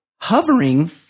hovering